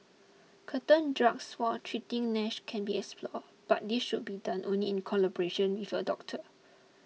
certain drugs for treating Nash can be explored but this should be done only in collaboration with your doctor